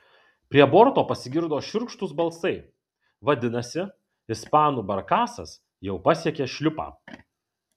prie borto pasigirdo šiurkštūs balsai vadinasi ispanų barkasas jau pasiekė šliupą